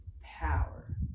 power